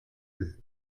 ist